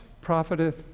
profiteth